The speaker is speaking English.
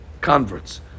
converts